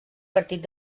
partit